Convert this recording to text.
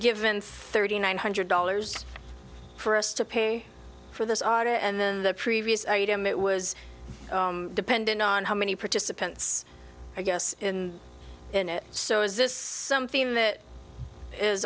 given thirty nine hundred dollars for us to pay for this our and the previous item it was dependent on how many participants i guess in in it so is this something that is